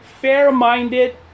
fair-minded